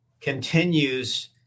continues